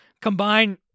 Combine